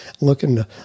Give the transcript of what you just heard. looking